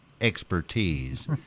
expertise